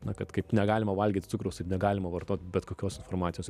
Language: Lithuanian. na kad kaip negalima valgyti cukraus ir negalima vartot bet kokios informacijos